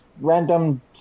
random